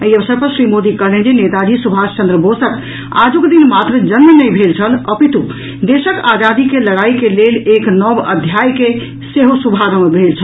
एहि अवसर पर श्री मोदी कहलनि जे नेताजी सुभाष चन्द्र बोसक आजुक दिन मात्र जन्म नहि भेल छल अपितु देशक आजादी के लड़ाई के लेल एक नव अध्यायक सेहो शुभारंभ भेल छल